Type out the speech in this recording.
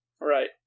Right